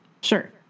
Sure